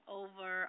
over